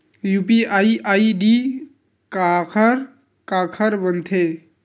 UPI ID काखर काखर बनथे?